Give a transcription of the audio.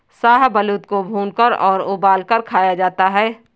शाहबलूत को भूनकर और उबालकर खाया जाता है